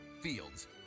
Fields